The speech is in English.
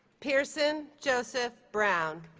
pierceson joseph brown